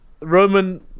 Roman